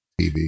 TV